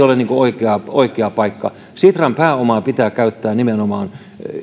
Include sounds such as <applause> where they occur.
<unintelligible> ole oikea oikea paikka sitran pääomaa pitää käyttää nimenomaan